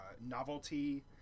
novelty